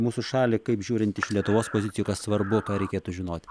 mūsų šalį kaip žiūrint iš lietuvos pozicijų kas svarbu ką reikėtų žinot